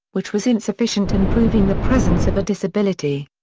which was insufficient in proving the presence of a disability.